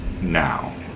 now